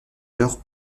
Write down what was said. heures